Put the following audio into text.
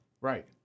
Right